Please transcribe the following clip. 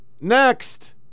next